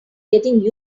getting